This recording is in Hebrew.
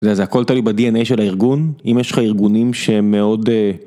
זה אז הכל תלוי בדנ"א של הארגון אם יש לך ארגונים שהם מאוד.